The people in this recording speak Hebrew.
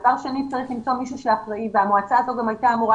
צריך למצוא מישהו שאחראי והמועצה הזו גם הייתה אמורה